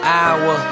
hour